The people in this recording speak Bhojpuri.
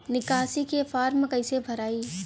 निकासी के फार्म कईसे भराई?